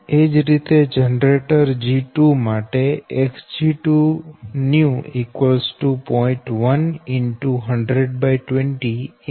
એ જ રીતે generator G2 માટે Xg2 new 0